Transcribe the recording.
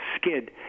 skid